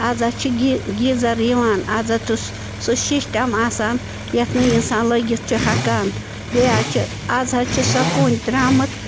آز حظ چھِ گی گیٖزَر یِوان آز سُہ شِشٹَم آسان یَتھ نہٕ اِنسان لٔگِتھ چھُ ہٮ۪کان بیٚیہِ حظ چھِ آز حظ چھِ سۄ کُنٛدۍ درٛامہٕ